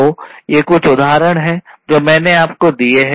तो ये कुछ उदाहरण हैं जो मैंने आपको दिए हैं